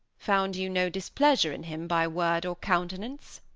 found you no displeasure in him by word or countenance